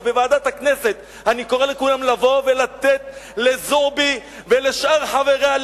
לוועדת הכנסת ולתת לזועבי ולשאר חבריה,